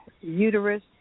uterus